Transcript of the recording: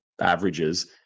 averages